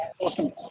Awesome